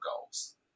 goals